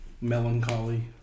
melancholy